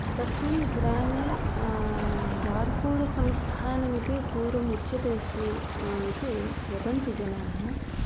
तस्मिन् ग्रामे बार्कोरुसंस्थानं इति पूर्वं उच्यते स्म इति वदन्ति जनाः